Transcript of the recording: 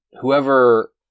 whoever